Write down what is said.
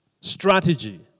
strategy